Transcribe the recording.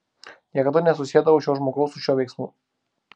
niekada nesusiedavau šio žmogaus su šiuo veiksmu